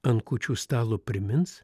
ant kūčių stalo primins